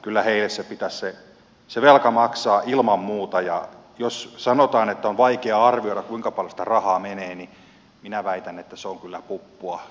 kyllä heille pitäisi se velka maksaa ilman muuta ja jos sanotaan että on vaikea arvioida kuinka paljon sitä rahaa menee niin minä väitän että se on kyllä puppua